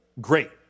Great